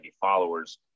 followers